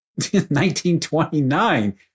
1929